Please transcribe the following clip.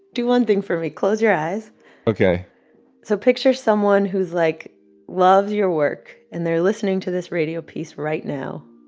do one thing for me. close your eyes ok so picture someone who's, like loves your work. and they're listening to this radio piece right now.